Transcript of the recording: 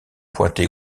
pointée